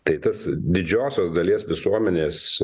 tai tas didžiosios dalies visuomenės